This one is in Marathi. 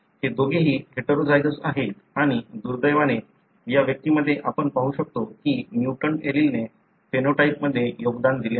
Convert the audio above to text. हे दोघेही हेटेरोझायगस आहेत आणि दुर्दैवाने या व्यक्तीमध्ये आपण पाहू शकतो की म्युटंट एलीलने फेनोटाइपमध्ये योगदान दिले आहे